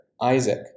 Isaac